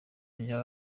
yari